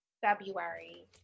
february